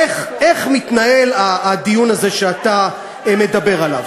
איך מתנהל הדיון הזה שאתה מדבר עליו: